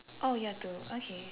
oh year two okay